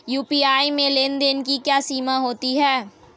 UPI में लेन देन की क्या सीमा होती है?